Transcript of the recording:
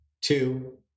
two